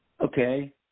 Okay